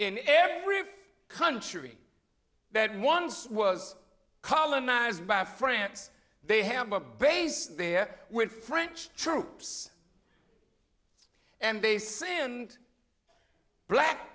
in every country that once was colonized by france they have a base there with french troops and they send black